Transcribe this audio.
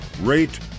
rate